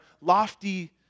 lofty